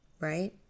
right